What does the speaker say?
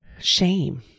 shame